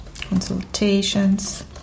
consultations